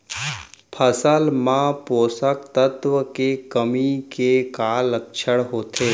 फसल मा पोसक तत्व के कमी के का लक्षण होथे?